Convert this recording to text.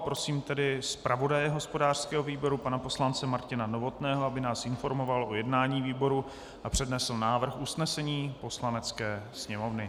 Prosím tedy zpravodaje hospodářského výboru pana poslance Martina Novotného, aby nás informoval o jednání výboru a přednesl návrh usnesení Poslanecké sněmovny.